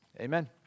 Amen